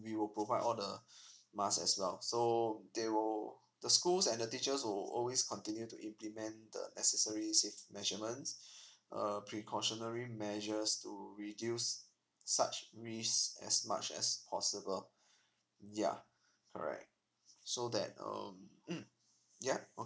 we will provide all the mask as well so they will the schools and the teachers will always continue to implement the necessary measurements uh precautionary measures to reduce such risk as much as possible ya correct so that um hmm ya